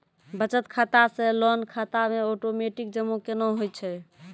बचत खाता से लोन खाता मे ओटोमेटिक जमा केना होय छै?